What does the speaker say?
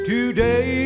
Today